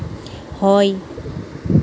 হয়